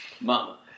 Mama